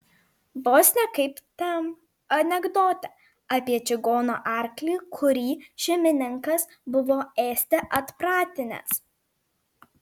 vos ne kaip tam anekdote apie čigono arklį kurį šeimininkas buvo ėsti atpratinęs